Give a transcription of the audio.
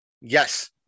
Yes